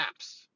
apps